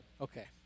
Okay